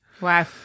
Wow